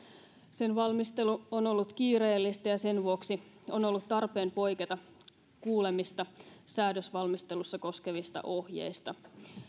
sen valmistelu on ollut kiireellistä ja sen vuoksi on ollut tarpeen poiketa kuulemista säädösvalmistelussa koskevista ohjeista